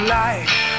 life